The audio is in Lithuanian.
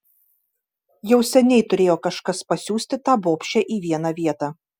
jau seniai turėjo kažkas pasiųsti tą bobšę į vieną vietą